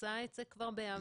עשה את זה בעבר,